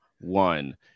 one